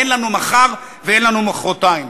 אין לנו מחר ואין לנו מחרתיים,